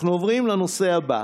אנחנו עוברים לנושא הבא.